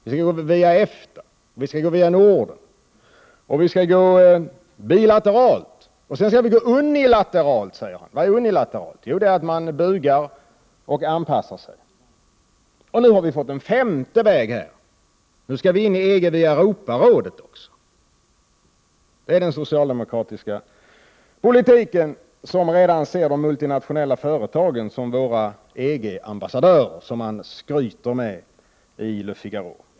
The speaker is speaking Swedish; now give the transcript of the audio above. Vi skall gå via EFTA, Norden, bilateralt och unilateralt. Vad är unilateralt? Ja, det är att man bugar och anpassar sig. Nu har vi fått en femte väg. Nu skall vi in i EG via Europarådet. Den socialdemokratiska politiken ser redan de multinationella företagen som våra EG-ambassadörer och skryter med dem i Le Figaro.